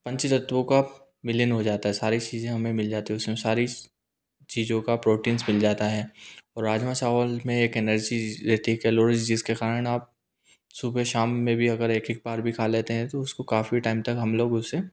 पंचतत्वों का मिलन हो जाता है सारी चीज़े हमें मिल जाती हैं उसमें सारी चीज़ों का प्रोटीन्स मिल जाता है और राजमा चावल में एक एनर्जी रहती है कैलोरी जिसके कारण आप सुबह शाम में भी अगर एक एक बार भी खा लेते हैं तो उसको काफ़ी टाइम तक हम लोग उसे